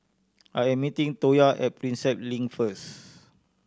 I am meeting Toya at Prinsep Link first